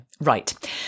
Right